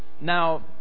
Now